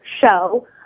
show